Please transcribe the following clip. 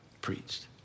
preached